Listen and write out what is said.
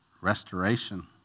restoration